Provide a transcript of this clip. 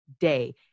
day